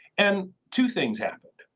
and two things happened.